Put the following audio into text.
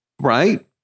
Right